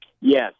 Yes